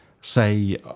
say